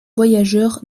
voyageurs